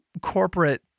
corporate